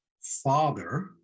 father